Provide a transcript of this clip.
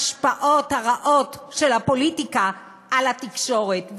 ההשפעות הרעות של הפוליטיקה על התקשורת.